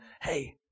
hey